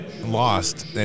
lost